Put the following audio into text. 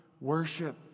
worship